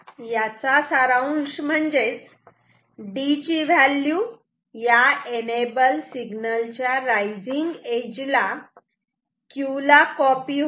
याचा सारांश म्हणजेच D ची व्हॅल्यू या एनेबल सिग्नल च्या रायझिंग एज ला Q ला कॉपी होते